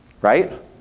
Right